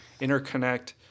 interconnect